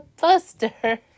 buster